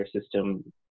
system